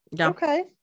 okay